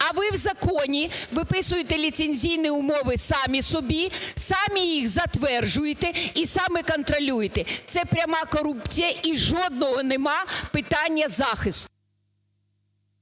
А ви в законі виписуєте ліцензійні умови самі собі, самі їх затверджуєте і самі контролюєте. Це пряма корупція і жодного нема питання захисту…